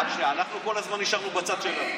רק שנייה, אנחנו כל הזמן נשארנו בצד שלנו.